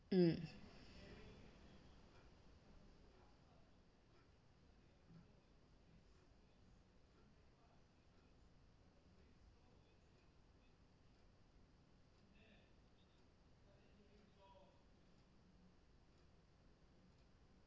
mm